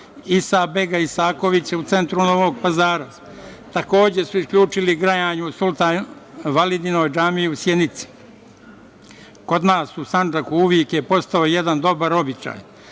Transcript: Isa bega Isakovića u centru Novog Pazara. Takođe su isključili grejanje u sultan Validinoj džamiji u Sjenici. Kod nas u Sandžaku uvek je postojao jedan dobar običaj,